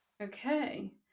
Okay